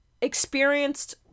experienced